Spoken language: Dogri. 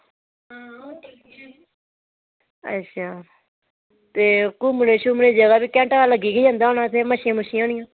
अच्छा ते घूमने शूमने दी जगह बी घंटा लग्गी गै जंदा इत्थै मच्छियां होनियां